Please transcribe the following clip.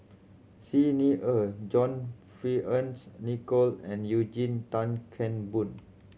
Xi Ni Er John Fearns Nicoll and Eugene Tan Kheng Boon